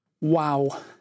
Wow